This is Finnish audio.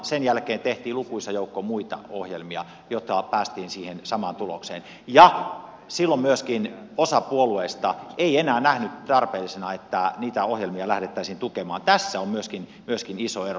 sen jälkeen tehtiin lukuisa joukko muita ohjelmia jotta päästiin siihen samaan tulokseen ja silloin myöskin osa puolueista ei enää nähnyt tarpeellisena että niitä ohjelmia lähdettäisiin tukemaan tässä on myöskin iso ero